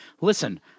Listen